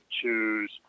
Choose